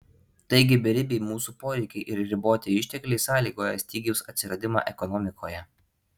taigi beribiai mūsų poreikiai ir riboti ištekliai sąlygoja stygiaus atsiradimą ekonomikoje